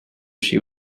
she